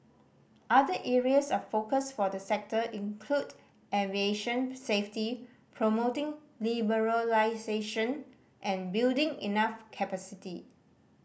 other areas of focus for the sector include aviation safety promoting liberalisation and building enough capacity